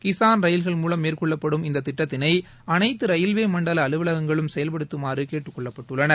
கிசான் ரயில்கள் மூலம் மேற்கொள்ளப்டும் இந்த திட்டத்திளை அனைத்து ரயில்வே மண்டல அலுவலகங்களும் செயல்படுத்துமாறு கேட்டுக் கொள்ளப்பட்டுள்ளனர்